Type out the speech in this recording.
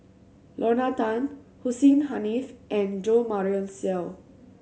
Lorna Tan Hussein Haniff and Jo Marion Seow